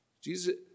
Jesus